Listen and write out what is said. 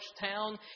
town